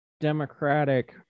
democratic